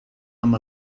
amb